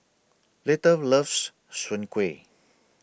Little loves Soon Kuih